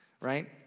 right